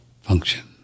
function